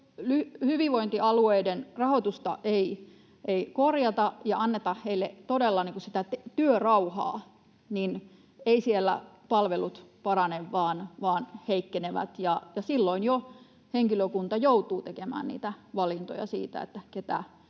Jos hyvinvointialueiden rahoitusta ei korjata ja anneta niille todella työrauhaa, niin eivät siellä palvelut parane vaan heikkenevät, ja silloin jo henkilökunta joutuu tekemään niitä